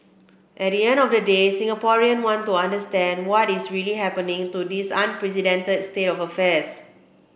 at the end of the day Singaporean want to understand what is really happening to this unprecedented state of affairs